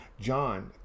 John